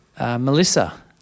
Melissa